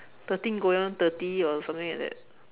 thirteen going on thirty or something like that